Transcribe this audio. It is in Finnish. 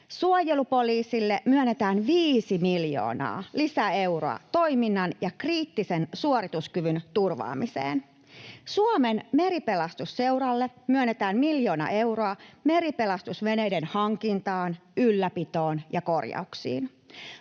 Suojelupoliisille myönnetään viisi miljoonaa lisäeuroa toiminnan ja kriittisen suorituskyvyn turvaamiseen. Suomen Meripelastusseuralle myönnetään miljoona euroa meripelastusveneiden hankintaan, ylläpitoon ja korjauksiin.